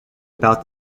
about